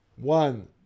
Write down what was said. one